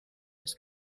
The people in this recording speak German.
des